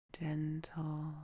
gentle